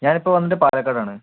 ഞാൻ ഇപ്പം വന്നിട്ട് പാലക്കാട് ആണ്